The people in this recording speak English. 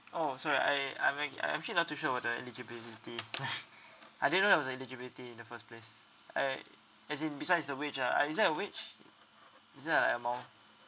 oh sorry I I'm act~ I'm actually not too sure about the eligibility like I didn't know there was an eligibility in the first place a~ as in besides the wage ah ah is there a wage is there an amount